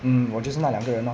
mm 我就是那两个人 lor